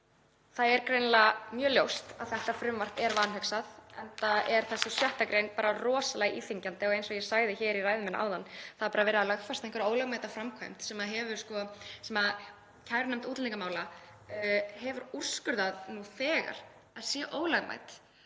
Það er greinilega mjög ljóst að þetta frumvarp er vanhugsað, enda er það svo að 6. gr. er bara rosalega íþyngjandi og, eins og ég sagði í ræðu minni áðan, það er bara verið að lögfesta einhverja ólögmæta framkvæmd sem kærunefnd útlendingamála hefur úrskurðað nú þegar að sé ólögmæt